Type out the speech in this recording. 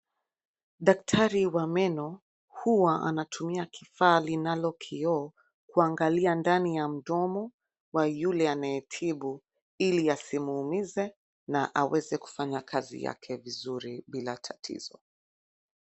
Daktari wa meno huwa anatumia kifaa linalo kioo kuangalia ndani ya mdomo wa yule anayetibu ili asimuumize na aweze kufanya kazi yake vizuri bila tatizo.